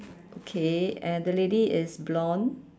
okay and the lady is blonde